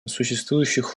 существующих